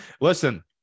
Listen